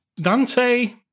Dante